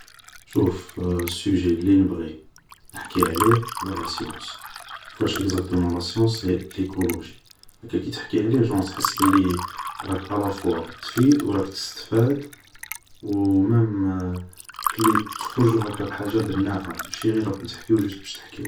شوف, السيجي اللي نبغي نحكي عليه هو لا سيونس, واش ايكزاكتومون لا سيونس, هو الايكولوجي, هاكا كي تحكي عليه تحس راك الافوا تفيد و راك تستفاد و مام كلي تخرجو هاكا بحاجة بنائة, ماشي غي راكو تحكيو جوست باش تحكيو